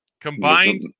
Combined